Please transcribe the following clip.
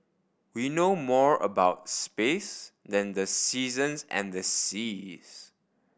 we know more about space than the seasons and the seas